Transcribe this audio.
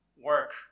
work